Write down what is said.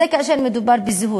זה כאשר מדובר בזהות.